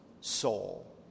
soul